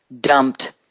dumped